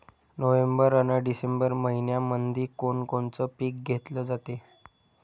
November अन December मइन्यामंधी कोण कोनचं पीक घेतलं जाते?